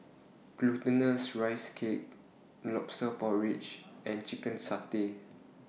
Glutinous Rice Cake Lobster Porridge and Chicken Satay